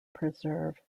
preserve